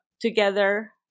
together